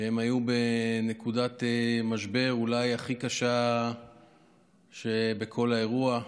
כשהם היו בנקודת המשבר אולי הכי קשה בכל האירוע,